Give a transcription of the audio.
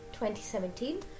2017